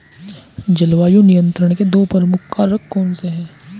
जलवायु नियंत्रण के दो प्रमुख कारक कौन से हैं?